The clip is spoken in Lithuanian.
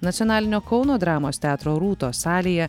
nacionalinio kauno dramos teatro rūtos salėje